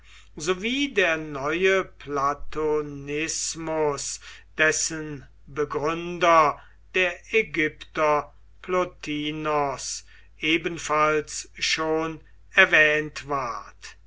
sowie der neue platonismus dessen begründer der ägypter plotinos ebenfalls schon erwähnt ward